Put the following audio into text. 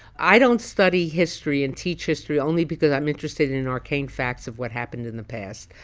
i don't study history and teach history only because i'm interested in in arcane facts of what happened in the past.